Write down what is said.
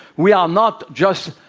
we are not just,